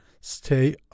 stay